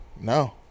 no